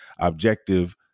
objective